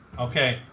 okay